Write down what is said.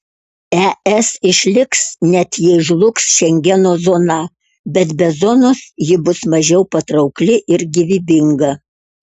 es išliks net jei žlugs šengeno zona bet be zonos ji bus mažiau patraukli ir gyvybinga